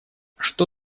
что